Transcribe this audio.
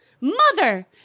Mother